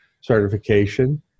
certification